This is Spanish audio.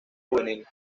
juvenil